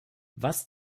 was